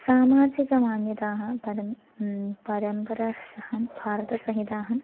सामाजिकमान्यताः परं परम्परा साकं भारतसहितं